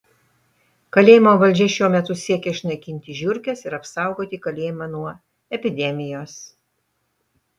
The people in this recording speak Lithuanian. kalėjimo valdžia šiuo metu siekia išnaikinti žiurkes ir apsaugoti kalėjimą nuo epidemijos